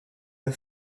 the